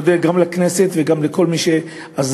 אני מודה גם לכנסת וגם לכל מי שעזר